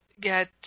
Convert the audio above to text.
get